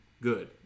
good